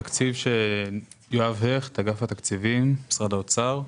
אני מאגף התקציבים במשרד האוצר.